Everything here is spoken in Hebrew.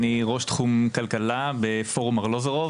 אני ראש תחום כלכלה בפורום ארלוזרוב,